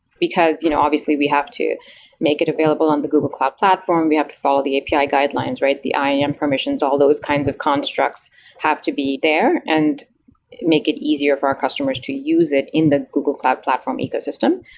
because you know obviously we have to make it available on the google cloud platform. we have to follow the api ah guidelines. the im permissions, all those kinds of constructs have to be there and make it easier for our customers to use it in the google cloud platform ecosystem.